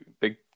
big